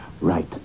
Right